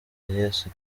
yesu